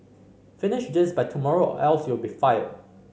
finish this by tomorrow else you'll be fired